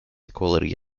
equality